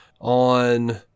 On